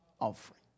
offering